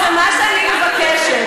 אז מה שאני מבקשת,